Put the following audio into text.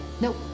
Nope